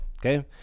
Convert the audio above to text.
okay